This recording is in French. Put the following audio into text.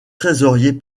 trésorier